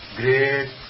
great